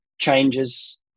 changes